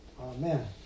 Amen